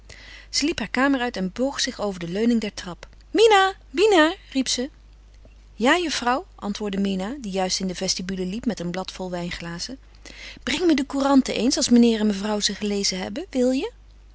haar kamer uit en boog zich over de leuning der trap mina mina riep ze ja juffrouw antwoordde mina die juist in de vestibule liep met een blad vol wijnglazen breng me de couranten eens als meneer en mevrouw ze gelezen hebben wil je